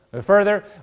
further